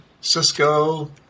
Cisco